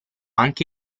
anche